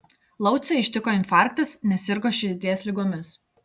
laucę ištiko infarktas nes sirgo širdies ligomis